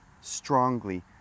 strongly